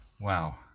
Wow